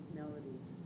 melodies